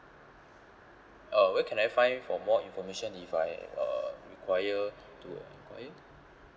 uh where can I find for more information if I uh require to enquire